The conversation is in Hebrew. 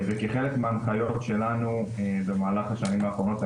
וכחלק מההנחיות שלנו במהלך השנים האחרונות,